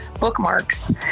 bookmarks